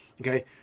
Okay